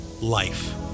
life